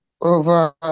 over